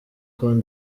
côte